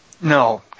No